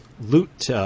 loot